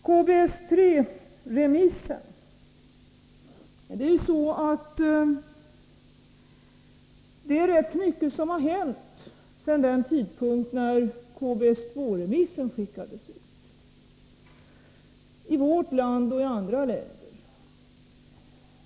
Vad KBS 3-remissen beträffar är det rätt mycket som har hänt i vårt land och i andra länder sedan den tidpunkt då KBS 2-remissen skickades ut.